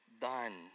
done